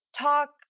talk